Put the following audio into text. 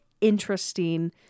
interesting